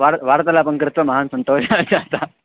वार्ता वार्तलापं कृत्वा महान् सन्तोषः जातः